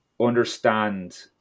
understand